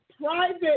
private